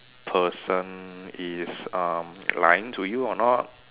person is um lying to you or not